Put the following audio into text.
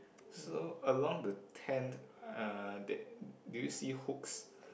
so along the tent uh there do you see hooks